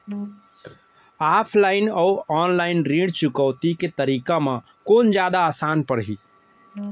Offline अऊ online ऋण चुकौती के तरीका म कोन जादा आसान परही?